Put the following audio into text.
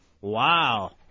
Wow